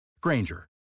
Granger